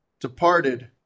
departed